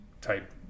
type